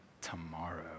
tomorrow